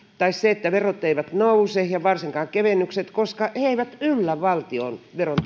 tai se että verot eivät nouse eivätkä varsinkaan kevennykset koska he eivät yllä valtionveron